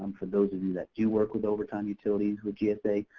for those and that do work with overtime utilities with gsa,